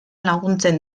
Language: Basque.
laguntzen